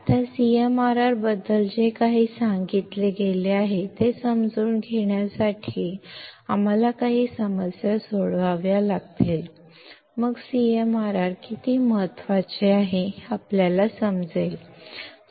आता CMRR बद्दल जे काही सांगितले गेले आहे ते समजून घेण्यासाठी आम्हाला काही समस्या सोडवाव्या लागतील मग CMRR किती महत्वाचे आहे हे आपल्याला समजेल